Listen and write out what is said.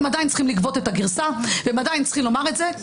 הם עדיין צריכים לגבות את הגרסה והם עדיין צריכים לומר את זה,